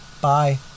Bye